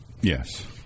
Yes